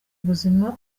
ubuzima